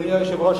אדוני היושב-ראש,